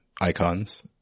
icons